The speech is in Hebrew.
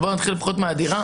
אבל נתחיל לפחות מהדירה